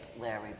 Larry